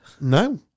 No